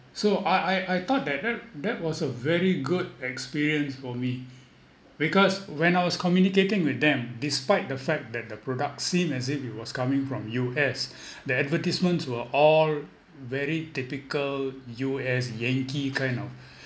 so I I I thought that that was a very good experience for me because when I was communicating with them despite the fact that the product seem as if it was coming from U_S the advertisements were all very typical U_S yankee kind of